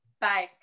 Bye